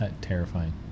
Terrifying